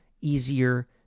easier